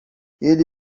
ele